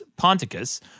Ponticus